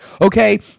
okay